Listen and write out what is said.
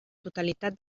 totalitat